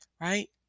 right